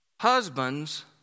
Husbands